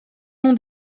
non